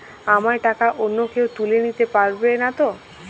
আমার টাকা অন্য কেউ তুলে নিতে পারবে নাতো?